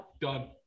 Done